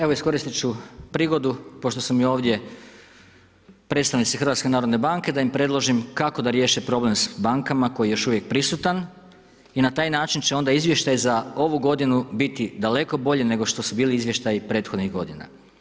Evo iskoristit ću prigodu pošto su mi ovdje predstavnici HNB-a da im predložim kako da riješe problem s bankama koji je još uvijek prisutan i na taj način će onda izvještaj za ovu godinu biti daleko bolji nego što su bili izvještaji prethodnih godina.